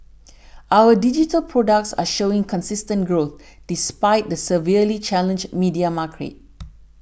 our digital products are showing consistent growth despite the severely challenged media market